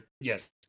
yes